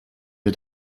wir